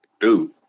dude